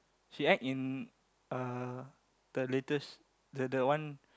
she act in uh the latest the the one